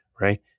right